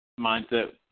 mindset